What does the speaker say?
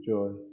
Joy